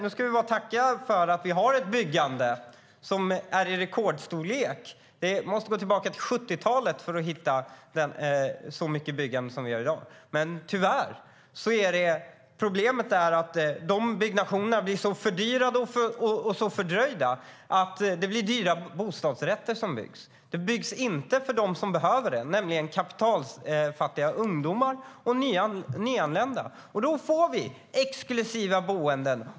Vi ska bara tacka för att vi nu har ett byggande som är i rekordstorlek. Man måste gå tillbaka till 70-talet för att hitta så mycket byggande som vi har i dag. Problemet är att byggnationerna blir så fördyrade och så fördröjda att det blir dyra bostadsrätter som byggs. Det byggs inte för dem som behöver det, nämligen kapitalfattiga ungdomar och nyanlända. Då får vi exklusiva boenden.